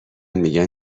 میگن